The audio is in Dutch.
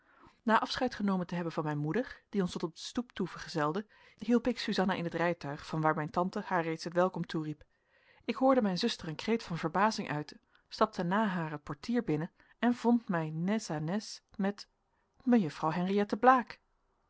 na afscheid genomen te hebben van mijn moeder die ons tot op de stoep vergezelde hielp ik suzanna in het rijtuig van waar mijn tante haar reeds het welkom toeriep ik hoorde mijn zuster een kreet van verbazing uiten stapte na naar het portier binnen en vond mij nez à nez met mejuffrouw henriëtte blaek